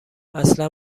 اصلا